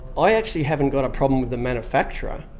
i actually haven't got a problem with the manufacturer.